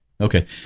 Okay